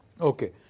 Okay